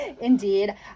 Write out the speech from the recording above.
Indeed